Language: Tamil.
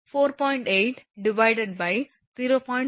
0967 n ln 4